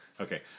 Okay